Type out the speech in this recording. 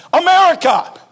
America